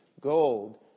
gold